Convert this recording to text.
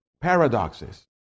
paradoxes